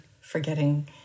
forgetting